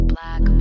Black